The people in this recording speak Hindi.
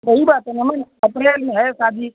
सही बात है न मेम अप्रेल में है शादी